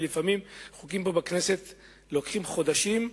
ולפעמים חוקים פה בכנסת לוקחים חודשים,